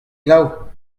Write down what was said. glav